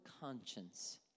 conscience